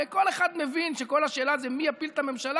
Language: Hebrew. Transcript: הרי כל אחד מבין שכל השאלה זה מי יפיל את הממשלה